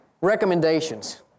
recommendations